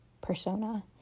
persona